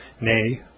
nay